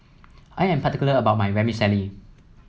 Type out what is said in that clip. I am particular about my Vermicelli